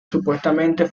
supuestamente